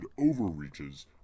overreaches